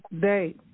day